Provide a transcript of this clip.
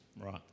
right